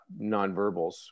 nonverbals